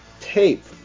tape